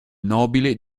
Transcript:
nobile